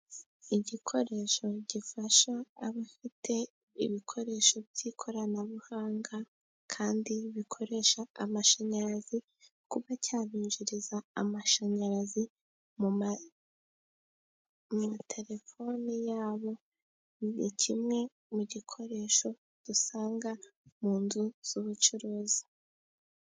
Igikoresho gifasha abafite ibikoresho by'ikoranabuhanga kandi bikoresha amashanyarazi kuba cyabinjiriza amashanyarazi mu materefoni yabo. Ni kimwe mu bikoresho dusanga mu nzu z'ubucuruzi.